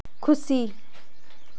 ᱠᱷᱩᱥᱤ